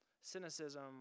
cynicism